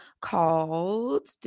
called